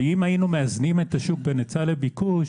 אם היינו מאזנים את השוק בין היצע לביקוש,